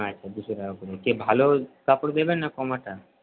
আচ্ছা দুশো টাকা করে কে ভালো কাপড় দেবে না কমাটা